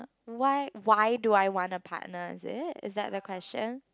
why why do I want a partner is it is that the question